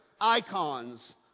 icons